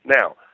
Now